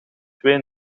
twee